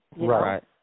Right